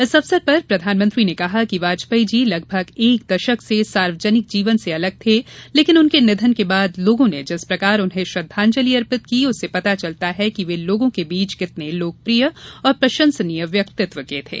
इस अवसर प्रधानमंत्री ने कहा कि वाजपेयी जी लगभग एक दशक से सार्वजनिक जीवन से अलग थे लेकिन उनके निधन के बाद लोगों ने जिस प्रकार उन्हें श्रद्वांजलि अर्पित की उससे पता चलता है कि वे लोगों के बीच कितने लोकप्रिय और प्रसंशनीय व्यक्तित्व के थे